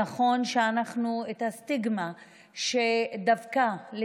נכון שאת הסטיגמה שדבקה בהם,